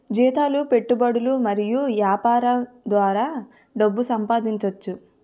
జీతాలు పెట్టుబడులు మరియు యాపారం ద్వారా డబ్బు సంపాదించోచ్చు